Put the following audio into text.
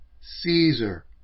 Caesar